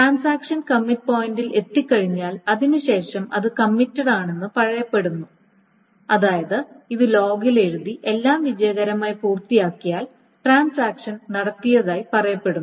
transaction commit പോയിൻറിൽ എത്തിക്കഴിഞ്ഞാൽ അതിനു ശേഷം അത് കമ്മിറ്റഡാണെന്ന് പറയപ്പെടുന്നു അതായത് ഇത് ലോഗിൽ എഴുതി എല്ലാം വിജയകരമായി പൂർത്തിയാക്കിയാൽ ട്രാൻസാക്ഷൻ നടത്തിയതായി പറയപ്പെടുന്നു